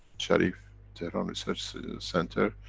sharif tehran research center.